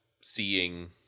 seeing